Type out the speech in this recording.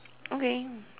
okay